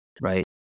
right